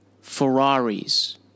Ferraris